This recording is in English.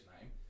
name